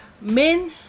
men